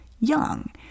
young